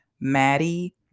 Maddie